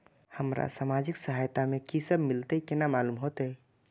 हमरा सामाजिक सहायता में की सब मिलते केना मालूम होते?